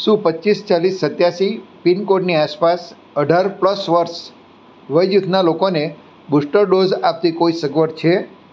શું પચીસ ચાળીસ સત્યાસી પિનકોડની આસપાસ અઢાર પ્લસ વર્ષ વયજૂથના લોકોને બુસ્ટર ડોઝ આપતી કોઈ સગવડ છે